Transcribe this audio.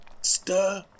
stir